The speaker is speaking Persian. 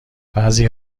بعضی